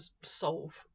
solve